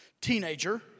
teenager